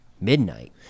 Midnight